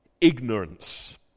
ignorance